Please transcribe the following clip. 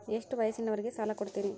ಎಷ್ಟ ವಯಸ್ಸಿನವರಿಗೆ ಸಾಲ ಕೊಡ್ತಿರಿ?